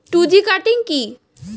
Two G cutting কি?